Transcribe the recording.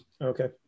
Okay